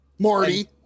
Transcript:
Marty